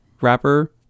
wrapper